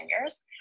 years